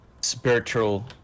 spiritual